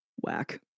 whack